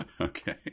okay